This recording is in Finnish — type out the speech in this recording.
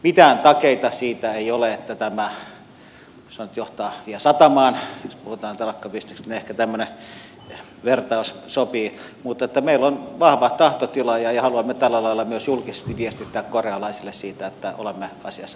mitään takeita siitä ei ole että tämä vie satamaan jos puhutaan telakkabisneksestä niin ehkä tämmöinen vertaus sopii mutta meillä on vahva tahtotila ja haluamme tällä lailla myös julkisesti viestittää korealaisille siitä että olemme asiassa tosissamme